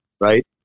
right